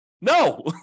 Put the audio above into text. No